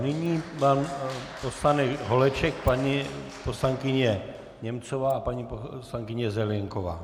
Nyní pan poslanec Holeček, paní poslankyně Němcová a paní poslankyně Zelienková.